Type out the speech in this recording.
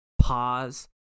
pause